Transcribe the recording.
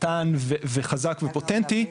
קטן וחזק ופוטנטי,